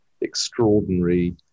extraordinary